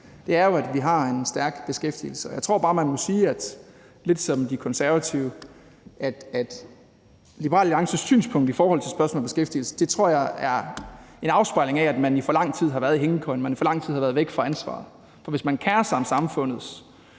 Det er jo, at vi har en stærk beskæftigelse. Jeg tror bare, man må sige – lidt som De Konservative gør – at Liberal Alliances synspunkt i forhold til spørgsmålet om beskæftigelse er en afspejling af, at man i for lang tid har været i hængekøjen, at man i for lang tid har været væk fra ansvaret. For hvis man kerer sig om samfundets